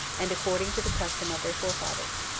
and according to the custom of their forefathers.